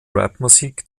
rapmusik